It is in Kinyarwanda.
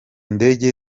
ndege